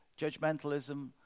judgmentalism